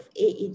AED